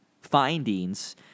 findings